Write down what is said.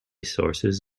sources